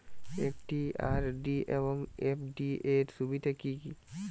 একটি আর.ডি এবং এফ.ডি এর সুবিধা কি কি?